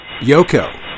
Yoko